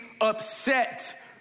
upset